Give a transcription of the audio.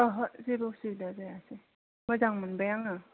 ओहो जेबो उसुबिदा जायासै मोजां मोनबाय आङो